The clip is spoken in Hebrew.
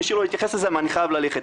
אני אשאיר לו להתייחס לזה, ואני חייב ללכת.